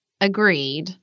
agreed